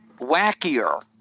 wackier